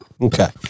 Okay